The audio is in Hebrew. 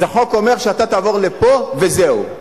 אז החוק אומר שאתה תעבור לפה, וזהו,